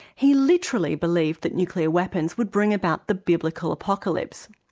he literally believed that nuclear weapons would bring about the biblical apocalypse.